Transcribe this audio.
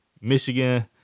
Michigan